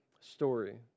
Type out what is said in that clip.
story